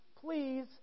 please